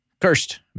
Cursed